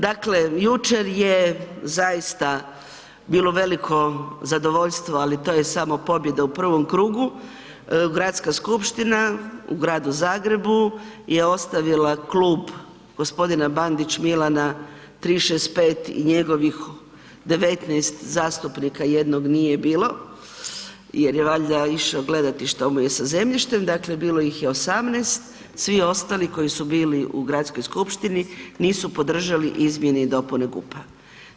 Dakle, jučer je zaista bilo veliko zadovoljstvo, ali to je samo pobjeda u prvom krugu, Gradska skupština u Gradu Zagrebu je ostavila Klub g. Bandić Milana 365 i njegovih 19 zastupnika, jednog nije bilo jer je valjda išo gledati što mu je sa zemljištem, dakle bilo ih je 18, svi ostali koji su bili u gradskoj skupštini nisu podržali izmjene i dopune GUP-a.